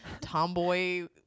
tomboy